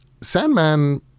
Sandman